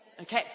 Okay